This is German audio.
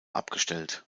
abgestellt